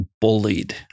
bullied